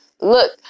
Look